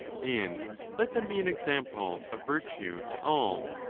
and let them be an example of virtue to all.